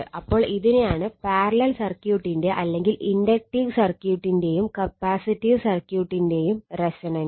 അപ്പോൾ ഇതിനെയാണ് പാരലൽ സർക്യൂട്ടിന്റെ അല്ലെങ്കിൽ ഇൻഡക്ടീവ് സർക്യൂട്ടിന്റെയും കപ്പാസിറ്റീവ് സർക്യൂട്ടിന്റെയും റെസൊണൻസ്